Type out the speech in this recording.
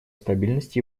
стабильность